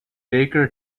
baker